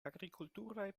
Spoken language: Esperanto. agrikulturaj